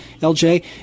LJ